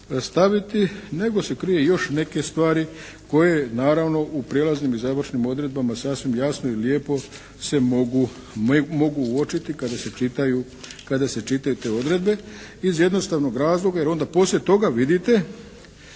staviti, nego se kriju još neke stvari koje naravno u prijelaznim i završnim odredbama sasvim jasno i lijepo se mogu uočiti kada se čitaju te odredbe iz jednostavnog razloga jer onda poslije toga vidite